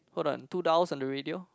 hold on two downs on the radio